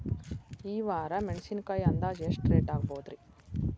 ಈ ವಾರ ಮೆಣಸಿನಕಾಯಿ ಅಂದಾಜ್ ಎಷ್ಟ ರೇಟ್ ಆಗಬಹುದ್ರೇ?